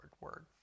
Word